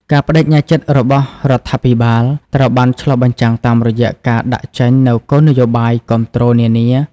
ការប្តេជ្ញាចិត្តរបស់រដ្ឋាភិបាល ត្រូវបានឆ្លុះបញ្ចាំងតាមរយៈការដាក់ចេញនូវគោលនយោបាយគាំទ្រនានា។